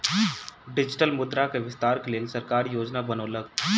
digital मुद्रा के विस्तार के लेल सरकार योजना बनौलक